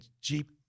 Jeep